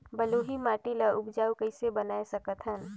बलुही माटी ल उपजाऊ कइसे बनाय सकत हन?